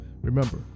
Remember